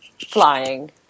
Flying